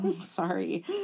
sorry